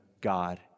God